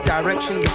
Direction